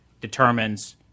determines